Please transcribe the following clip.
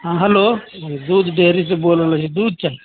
हाँ हेलो दूध डेरी से बोल रहलो ही दूध चाही